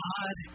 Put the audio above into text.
God